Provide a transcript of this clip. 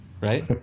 right